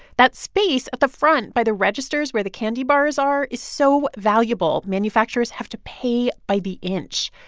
that space at the front by the registers where the candy bars are is so valuable manufacturers have to pay by the inch.